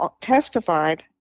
testified